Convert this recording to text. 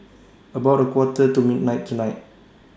about A Quarter to midnight tonight